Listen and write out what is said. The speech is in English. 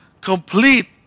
complete